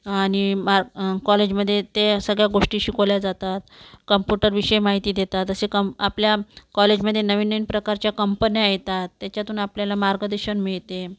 आणि मा कॉलेजमध्ये ते सगळ्या गोष्टी शिकवल्या जातात कॉम्प्युटरविषयी माहिती देतात असे कं आपल्या कॉलजेमध्ये नवीन नवीन प्रकारच्या कंपन्या येतात त्याच्यातून आपल्याला मार्गदर्शन मिळते